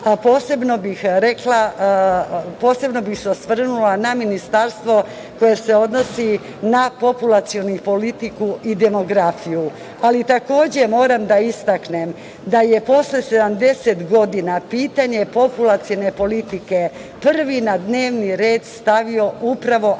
posebno bih se osvrnula na Ministarstvo koje se odnosi na populacionu politiku i demografiju. Takođe, moram da istaknem da je posle 70 godina pitanje populacione politike prvi na dnevni red stavio upravo